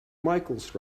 michaels